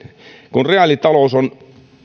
kun reaalitalous on